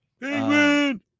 Penguin